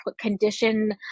condition